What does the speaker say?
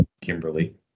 Kimberly